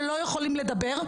שלא יכולים לדבר,